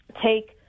take